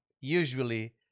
usually